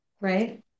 Right